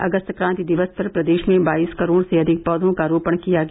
अगस्त क्रांति दिवस पर प्रदेश में बाईस करोड़ से अधिक पौधों का रोपण किया गया